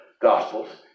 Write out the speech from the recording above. Gospels